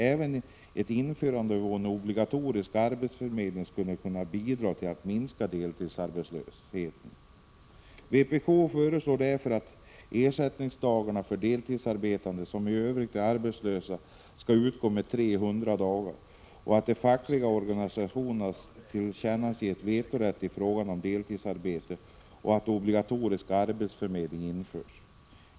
Även ett införande av obligatorisk arbetsförmedling skulle kunna bidra till att minska deltidsarbetslösheten. Vpk föreslår därför att ersättning till deltidsarbetare som i övrigt är arbetslösa skall utgå under 300 dagar, att de fackliga organisationerna tillerkänns vetorätt i frågor om deltidsarbete och att obligatorisk arbetsförmedling införs.